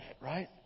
right